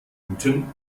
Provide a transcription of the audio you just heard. guten